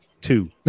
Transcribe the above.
two